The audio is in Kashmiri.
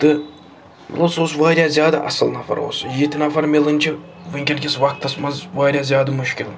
تہٕ سُہ اوس وارِیاہ زیادٕ اَصٕل نَفَر اوس سُہ یِتھۍ نَفَر مِلٕنۍ چھِ وٕنکٮ۪ن کِس وَقتَس منٛز وارِیاہ زیادٕ مُشکِل